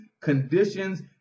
conditions